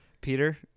Peter